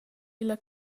illa